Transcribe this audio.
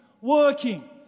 working